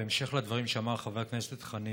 בהמשך לדברים שאמר חבר הכנסת חנין: